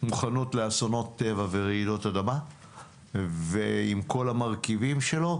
מוכנות לאסונות טבע ורעידות אדמה ועם כל המרכיבים שלו.